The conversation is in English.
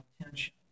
attention